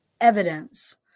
evidence